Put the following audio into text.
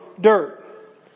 dirt